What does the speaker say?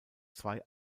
zwei